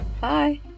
Bye